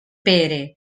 pere